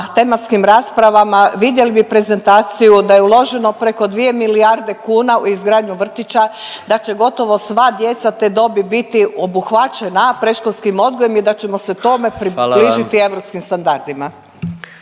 tematskim raspravama, vidjeli bi prezentaciju da je uloženo preko 2 milijarde kuna u izgradnju vrtića, da će gotovo sva djeca te dobi biti obuhvaćena predškolskim odgojem i da ćemo se tome približiti … .../Upadica: